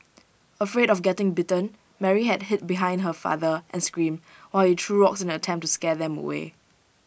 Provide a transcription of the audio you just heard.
afraid of getting bitten Mary had hid behind her father and screamed while he threw rocks in an attempt to scare them away